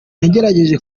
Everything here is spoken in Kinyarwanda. nagerageje